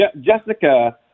Jessica